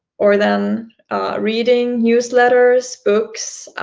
or then reading news letters, books,